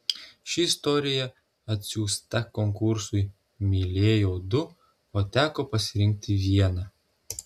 ši istorija atsiųsta konkursui mylėjau du o teko pasirinkti vieną